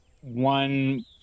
One